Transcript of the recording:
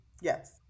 Yes